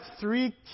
three